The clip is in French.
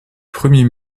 premiers